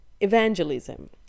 evangelism